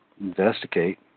investigate